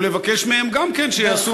ולבקש מהם שגם כן יעשו,